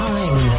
Time